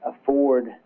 afford